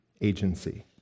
agency